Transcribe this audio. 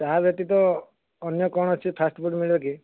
ଚାହା ବ୍ୟତୀତ ଅନ୍ୟ କୌଣସି ଫାଷ୍ଟ ଫୁଡ଼ ମିଳିବ କି